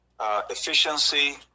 efficiency